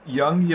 young